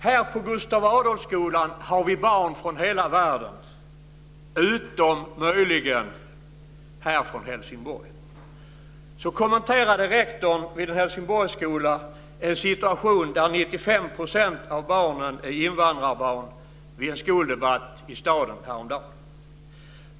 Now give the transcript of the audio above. Här på Gustav Adolfskolan har vi barn från hela världen - utom möjligen härifrån Helsingborg. Så kommenterade rektorn vid en Helsingborgsskola i en skoldebatt i staden häromdagen en situation där 95 % av barnen är invandrarbarn.